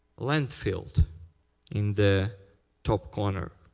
landfill in the top corner.